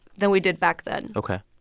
than we did back then ok